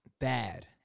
bad